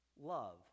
love